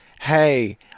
Hey